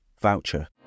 voucher